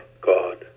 God